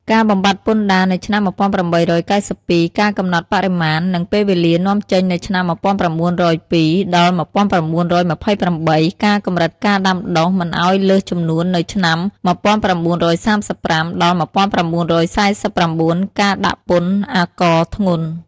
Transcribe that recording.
ការបំបាត់ពន្ធដារនៅឆ្នាំ ១៨៩២ ការកំណត់បរិមាណ និងពេលវេលានាំចេញនៅឆ្នាំ ១៩០២ ដល់ ១៩២៨ ការកម្រិតការដាំដុះមិនឱ្យលើសចំនួននៅឆ្នាំ ១៩៣៥ ដល់ ១៩៤៩ ការដាក់ពន្ធអាករធ្ងន់។